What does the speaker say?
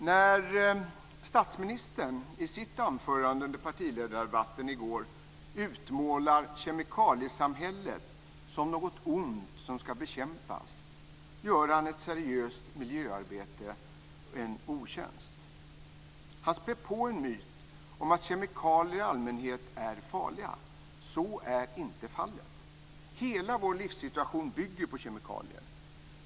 När statsministern i sitt anförande under partiledardebatten i går utmålade kemikaliesamhället som något ont som ska bekämpas gjorde han ett seriöst miljöarbete en otjänst. Han spär på en myt om att kemikalier i allmänhet är farliga. Så är inte fallet. Hela vår livssituation bygger på kemikalier.